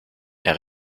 est